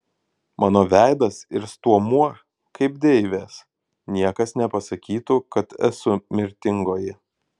mano veidas ir stuomuo kaip deivės niekas nepasakytų kad esu mirtingoji